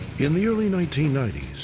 in the early nineteen ninety s,